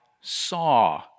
saw